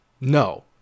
no